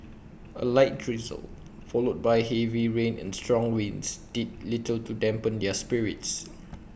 A light drizzle followed by heavy rain and strong winds did little to dampen their spirits